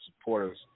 supporters